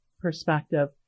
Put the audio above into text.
perspective